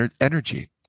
energy